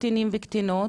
קטינים וקטינות,